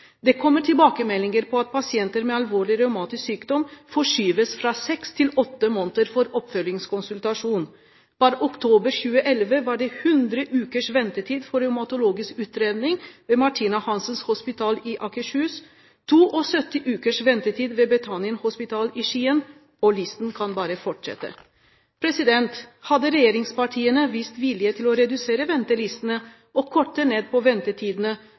Det kommer tilbakemeldinger på at pasienter med alvorlig revmatisk sykdom forskyves fra seks til åtte måneder for oppfølgingskonsultasjon. Per oktober 2011 var det 100 ukers ventetid for revmatologisk utredning ved Martina Hansens Hospital i Akershus, 72 ukers ventetid ved Betanien Hospital i Skien, og man kan bare fortsette å liste opp. Hadde regjeringspartiene vist vilje til å redusere ventelistene og korte ned på ventetidene,